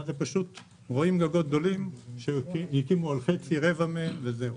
ואז רואים גגות גדולים שהקימו על חצי או על רבע מהם וזהו.